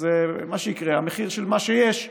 אז מה שיקרה הוא שהמחיר של מה שיש יעלה,